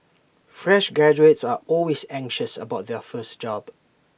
fresh graduates are always anxious about their first job